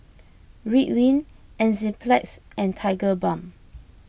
Ridwind Enzyplex and Tigerbalm